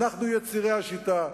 אנחנו יצירי השיטה.